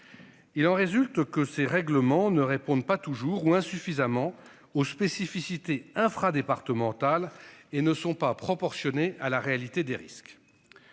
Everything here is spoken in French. Il en résulte que ces règlements ne répondent pas toujours ou insuffisamment aux spécificités infra-départementale et ne sont pas proportionnée à la réalité des risques.